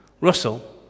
Russell